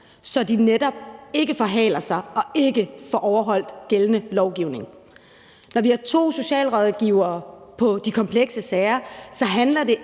så de netop ikke forhaler sig og ikke får overholdt gældende lovgivning. Når vi har to socialrådgivere på de komplekse sager, handler det